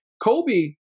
Kobe